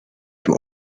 two